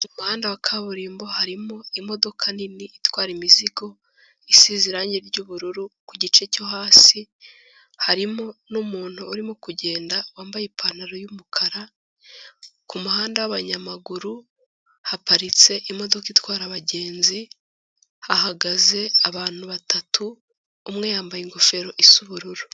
Mu muhanda wa kaburimbo harimo imodoka nini itwara imizigo, isize irangi ry'ubururu ku gice cyo hasi, harimo n'umuntu urimo kugenda wambaye ipantaro y'umukara, ku muhanda w'abanyamaguru haparitse imodoka itwara abagenzi, hahagaze abantu batatu umwe yambaye ingofero isa ubururu.